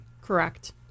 Correct